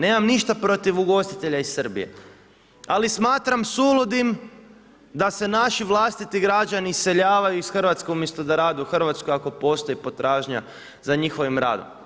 Nemam ništa protiv ugostitelja iz Srbije, ali smatram suludim, da se naši vlastiti građani iseljavaju iz Hrvatske umjesto da rade u Hrvatskoj, ako postoji potražnja za njihovim radom.